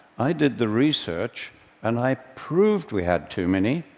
i did the research and i proved we had too many,